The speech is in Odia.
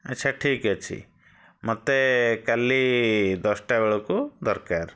ଆଚ୍ଛା ଠିକ୍ ଅଛି ମୋତେ କାଲି ଦଶଟା ବେଳକୁ ଦରକାର